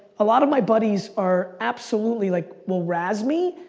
a lot of my buddies are absolutely like, will razz me,